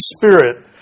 Spirit